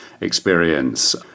experience